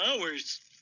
hours